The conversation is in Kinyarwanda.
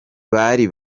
bari